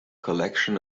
collection